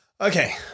Okay